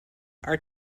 are